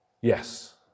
Yes